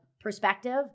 perspective